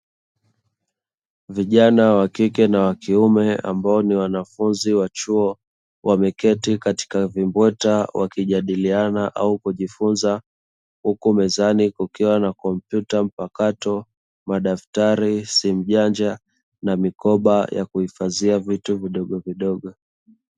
Vijana wa kike na kiume ambao ni wanafunzi wa chuo wameketi katika vimbweta wakijadiliana au kujifunza, huku mezani kukiwa na kompyuta mpakato, madaftari, simu janja na mikoba ya kuhifadhia vitu vidogovidogo.